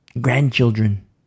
grandchildren